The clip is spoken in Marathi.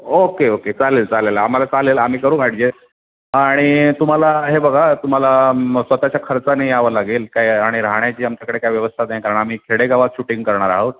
ओके ओके चालेल चालेल आम्हाला चालेल आम्ही करू ॲडजस्ट आणि तुम्हाला हे बघा तुम्हाला स्वतःच्या खर्चाने यावं लागेल काय आणि राहण्याची आमच्याकडे काय व्यवस्था नाही कारण आम्ही खेडेगावात शूटिंग करणार आहोत